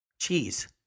Cheese